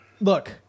Look